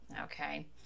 Okay